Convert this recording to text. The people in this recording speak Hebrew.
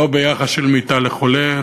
לא ביחס של מיטה לחולה,